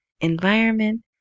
environment